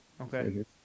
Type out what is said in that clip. okay